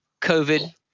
COVID